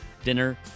Dinner